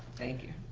thank you.